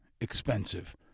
expensive